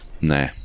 Nah